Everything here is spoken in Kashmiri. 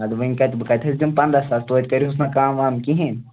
اَدٕ وۅنۍ کَتہِ بہٕ کَتہِ حظ دِمہٕ پنٛداہ ساس توتہِ کٔرۍہوٗس نا کَم وَم کِہیٖنۍ